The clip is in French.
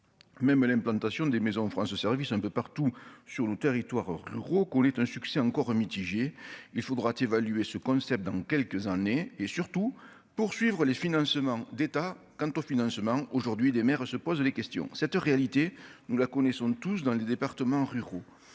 même l'implantation des maisons France ce service un peu partout sur le territoire ruraux connaît un succès encore mitigé, il faudra t'évaluer ce concept dans quelques années et surtout poursuivre les financements d'État quant au financement, aujourd'hui des maires se pose les questions, cette réalité, nous la connaissons tous dans les départements ruraux,